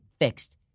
fixed